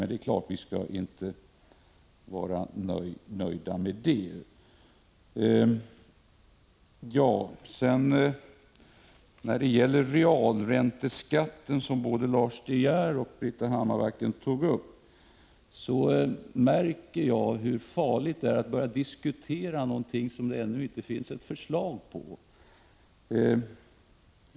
Men det är klart att vi inte skall nöja oss med det. Både Lars De Geer och Britta Hammarbacken tog också upp realränteskatten. Jag märkte då hur farligt det är att diskutera någonting som det ännu inte föreligger något förslag om.